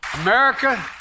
America